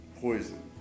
poison